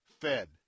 fed